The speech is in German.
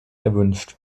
erwünscht